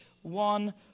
one